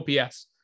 OPS